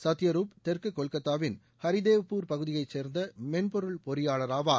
சத்தியரூப் தெற்கு கொல்கத்தாவின் ஹரிதேவ்பூர் பகுதியை சோந்த மென்பொருள் பொறியாளாவார்